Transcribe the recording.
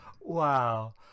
Wow